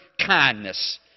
kindness